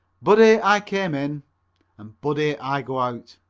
buddy i came in and buddy i go out.